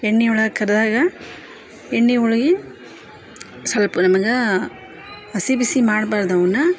ಎಣ್ಣೆ ಒಳಗ ಕರ್ದಾಗ ಎಣ್ಣೆ ಒಳಗೆ ಸ್ವಲ್ಪ ನಮಗೆ ಹಸಿ ಬಿಸಿ ಮಾಡ್ಬಾರದು ಅವುನ್ನ